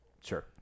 Sure